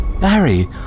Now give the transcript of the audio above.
Barry